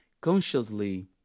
consciously